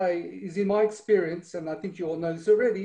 אלא אם כן הם ממש מטיפים לאלימות,